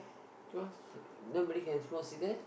cause nobody can smoke cigarette